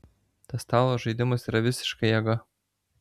tas stalo žaidimas yra visiška jėga